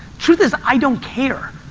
truth is i don't care.